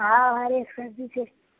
हाँ हरेक सब्जी छै